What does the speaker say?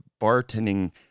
bartending